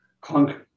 clunk